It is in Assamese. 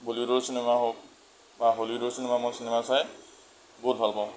বলিউডৰ চিনেমা হওক বা হলিউডৰ চিনেমা মই চিনেমা চাই বহুত ভাল পাওঁ